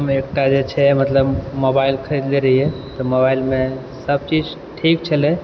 हम एकटा जे छै मतलब मोबाइल खरीदले रहियै तऽ मोबाइलमे सबचीज ठीक छलै